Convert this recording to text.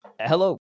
Hello